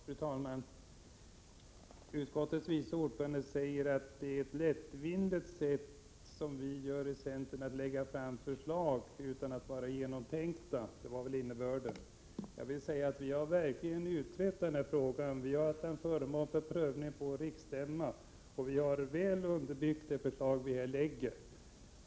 Fru talman! Utskottets vice ordförande säger att vi i centern handlar på ett lättvindigt sätt och lägger fram förslag som inte är genomtänkta — det var väl innebörden i det hon sade. Vi har verkligen utrett denna fråga. Den har varit föremål för prövning på riksstämma. Det förslag vi här lägger fram är alltså väl underbyggt.